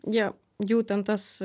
jie jau ten tas